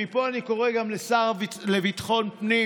מפה אני קורא גם לשר לביטחון הפנים